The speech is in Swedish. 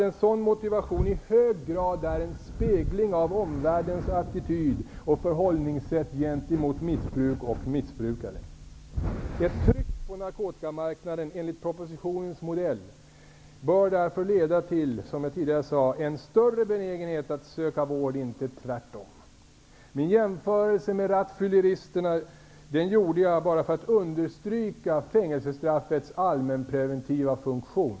En sådan motivation är i stället i hög grad en spegling av omvärldens attityd och förhållningssätt gentemot missbruk och missbrukare. Ett tryck på narkotikamarknaden enligt propositionens modell bör därför leda till, som jag tidigare sade, en större benägenhet att söka vård -- inte tvärtom. Min jämförelse med rattfylleristen gjorde jag bara för att understryka fängelsestraffets allmänpreventiva funktion.